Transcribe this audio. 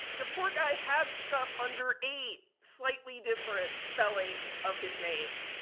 the poor guy had stuff under eight slightly different spellings of his name,